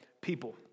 people